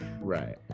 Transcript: Right